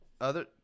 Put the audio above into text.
Other-